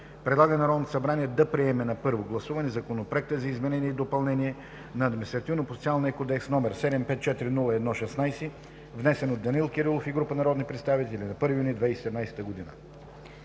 Предлага на Народното събрание да приеме на първо гласуване Законопроект за изменение и допълнение на Административнопроцесуалния кодекс, № 754-01-16, внесен от Данаил Кирилов и група народни представители на 1 юни 2017 г.“